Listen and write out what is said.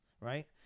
Right